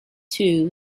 too